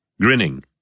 grinning